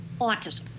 autism